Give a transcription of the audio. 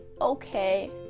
okay